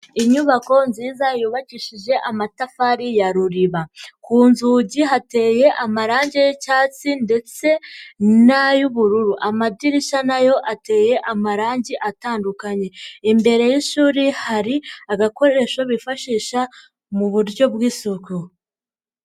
Inyubako nziza yubakishije amatafari ya ruriba, ku nzugi hateye amarange y'icyatsi ndetse n'ay'ubururu, amadirishya na yo ateye amarange atandukanye, imbere y'ishuri hari agakoresho bifashisha mu buryo bw'isuku.